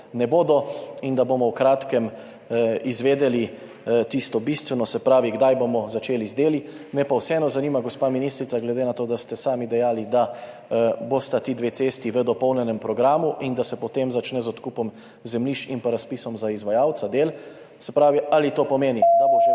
ne bodo in da bomo v kratkem izvedeli tisto bistveno, se pravi, kdaj bomo začeli z deli. Me pa vseeno zanima, gospa ministrica, glede na to, da ste sami dejali, da bosta ti dve cesti v dopolnjenem programu in da se potem začne z odkupom zemljišč in razpisom za izvajalca del: Ali to pomeni, da bo že